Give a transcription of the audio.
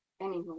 anymore